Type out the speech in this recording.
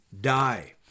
die